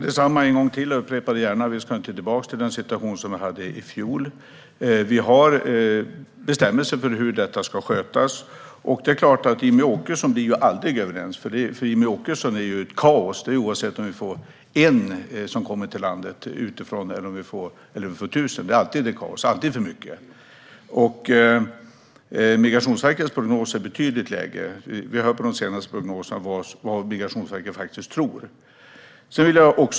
Herr talman! Jag upprepar gärna mitt svar: Vi ska inte tillbaka till den situation som rådde i fjol. Det finns bestämmelser för hur detta ska skötas. Det är klart att Jimmie Åkesson aldrig blir överens. För Jimmie Åkesson är det kaos oavsett om en kommer till landet utifrån eller om det är tusen . Det är alltid kaos - alltid för mycket. Migrationsverkets prognos är betydligt lägre. Vi kan i den senaste prognosen se vad Migrationsverket faktiskt tror.